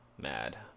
mad